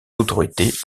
autorités